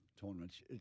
tournaments